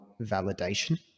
validation